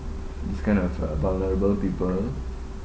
this kind of uh vulnerable people